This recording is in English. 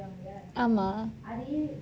ஆமா:aamaa